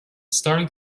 starting